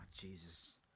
Jesus